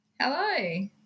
Hello